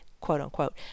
quote-unquote